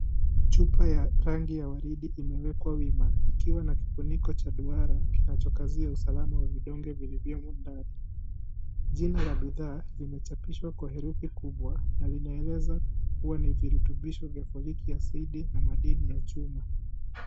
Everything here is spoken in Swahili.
Chupa ya rangi ya waridi imewekwa wima ikiwa na kifuniko cha duara kinachokazia usalama wa vidonge vilivyomo ndani jina la bidhaa limechapishwa kwa herufi kubwa na vinaeleza kuwa ni virutubisho vya foliki asidi na madini ya chuma.